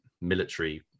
military